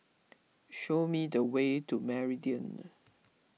show me the way to Meridian